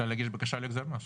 היא יכולה להגיש בקשה להחזר מס.